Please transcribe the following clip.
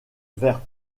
vers